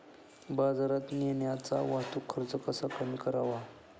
बाजारात नेण्याचा वाहतूक खर्च कसा कमी करावा?